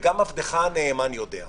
וגם עבדך הנאמן יודע,